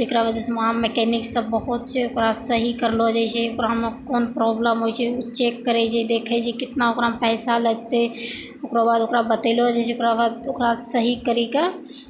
जकरा वजहसँ उहाँ मेकेनिक सभ बहुत छै ओकरा सही करलौ जाइ छै ओकरामे कोन प्रॉब्लम होइ छै ओ चेक करै छै देखै छै कितना ओकरामे पैसा लगतै ओकरा बाद ओकरा बतायलो जाइ छै ओकरा बाद ओकरा सही करै